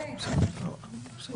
ההסכמה.